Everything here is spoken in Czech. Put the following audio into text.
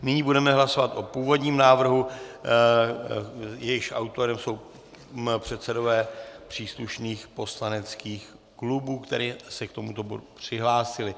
Nyní budeme hlasovat o původním návrhu, jehož autorem jsou předsedové příslušných poslaneckých klubů, kteří se k tomuto bodu přihlásili.